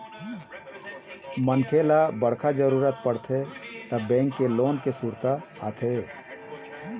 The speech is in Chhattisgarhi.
मनखे ल बड़का जरूरत परथे त बेंक के लोन के सुरता आथे